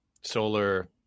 solar